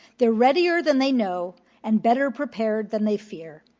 they're readier than they know and better prepared than they fear,